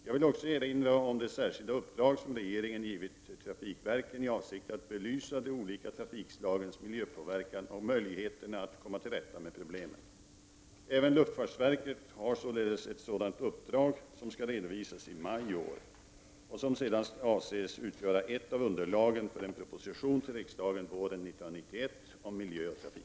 Jag vill också erinra om de särskilda uppdrag som regeringen givit trafikverken i avsikt att belysa de olika trafikslagens miljöpåverkan och möjligheterna att komma till rätta med problemen. Även luftfartsverket har således ett sådant uppdrag, som skall redovisas i maj i år och som sedan avses utgöra ett av underlagen för en proposition till riksdagen våren 1991 om miljö och trafik.